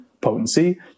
potency